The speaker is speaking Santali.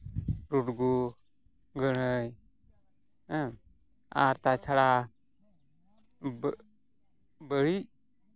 ᱨᱩᱰᱜᱩ ᱜᱟᱹᱲᱟᱹᱭ ᱦᱮᱸ ᱟᱨ ᱛᱟᱪᱷᱟᱲᱟ ᱵᱟᱹᱲᱤᱡ